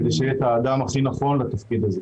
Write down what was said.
וכדי שיהיה האדם הכי נכון לתפקיד הזה.